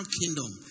kingdom